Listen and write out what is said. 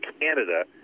canada